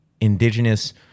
Indigenous